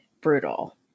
Brutal